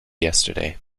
yesterday